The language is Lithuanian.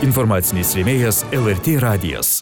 informacinis rėmėjas lrt radijas